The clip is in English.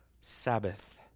Sabbath